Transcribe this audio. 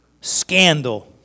Scandal